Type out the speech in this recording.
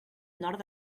nord